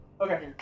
Okay